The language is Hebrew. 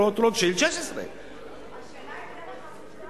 בשדרות-רוטשילד 16. השאלה היא אם דרך עמותה.